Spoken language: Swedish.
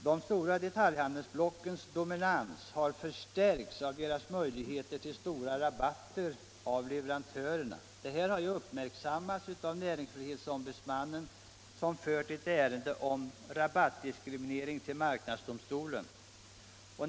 De stora detaljhandelsblockens dominans har förstärkts av deras möjligheter till stora rabatter hos leverantörerna. Det har uppmärksammats av näringsfrihetsombudsmannen, som fört ett ärende om rabattdiskriminering till marknadsdomstolen.